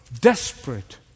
desperate